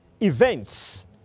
events